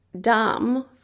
dumb